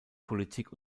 politik